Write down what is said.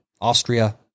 Austria